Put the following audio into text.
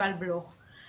יובל בלוך.